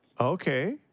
Okay